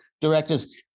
directors